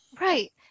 right